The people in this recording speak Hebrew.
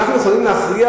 אנחנו יכולים להכריח?